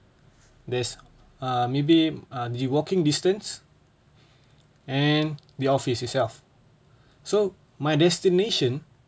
there's uh maybe uh the walking distance and the office itself so my destination